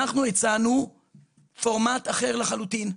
אנחנו הצענו פורמט אחר לחלוטין.